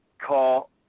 call